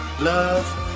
love